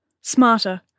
smarter